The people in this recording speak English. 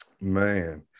man